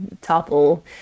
topple